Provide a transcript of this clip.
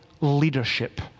leadership